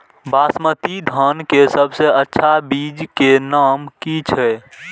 बासमती धान के सबसे अच्छा बीज के नाम की छे?